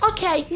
Okay